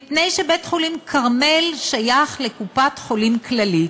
מפני שבית-חולים "כרמל" שייך לקופת-חולים כללית.